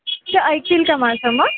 अच्छा ते ऐकतील का माझ मग